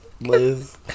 Liz